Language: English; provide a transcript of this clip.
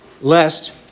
lest